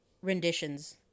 renditions